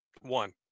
one